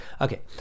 okay